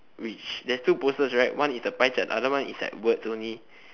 which there's two posters right one is the pie chart the other one is the words only